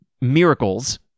miracles